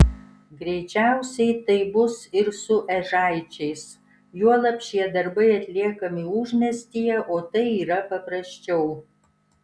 greičiausiai taip bus ir su ežaičiais juolab šie darbai atliekami užmiestyje o tai yra paprasčiau